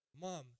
Mom